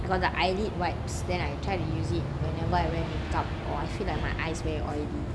I got the eyelid wipes then I try to use it whenever I wear make up or I feel like my eyes very oily